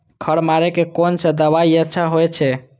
खर मारे के कोन से दवाई अच्छा होय छे?